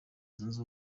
zunze